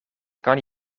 kan